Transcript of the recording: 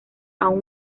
aún